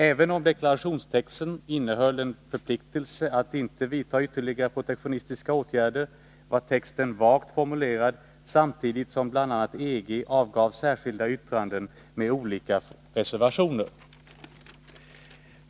Även om deklarationstexten innehöll en förpliktelse att ytterligare protektionistiska åtgärder inte skulle vidtas var texten vagt formulerad, samtidigt som bl.a. EG avgav särskilda yttranden med olika reservationer.